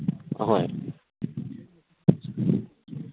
ꯑꯍꯣꯏ